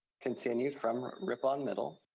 continued from rippon middle,